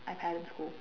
I had in school